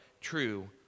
true